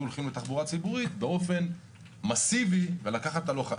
הולכים לתחבורה ציבורית באופן מאסיבי ולקחת ללוחמים.